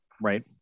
right